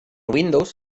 windows